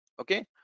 Okay